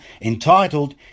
entitled